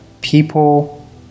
People